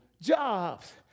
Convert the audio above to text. jobs